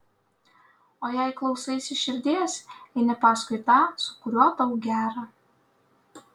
o jei klausaisi širdies eini paskui tą su kuriuo tau gera